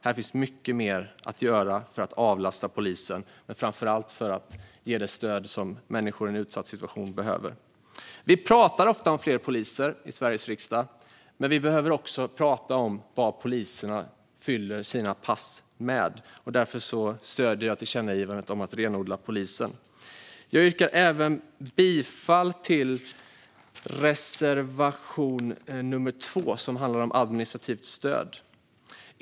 Här finns mycket mer att göra för att avlasta polisen - men framför allt för att ge det stöd som människor i en utsatt situation behöver. Vi pratar ofta om fler poliser i Sveriges riksdag, men vi behöver också prata om vad poliserna fyller sina pass med. Därför stöder jag tillkännagivandet om att renodla polisen. Jag yrkar även bifall till reservation 2, som handlar om administrativt stöd.